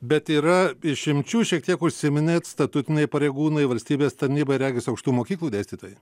bet yra išimčių šiek tiek užsiminėt statutiniai pareigūnai valstybės tarnyba ir regis aukštųjų mokyklų dėstytojai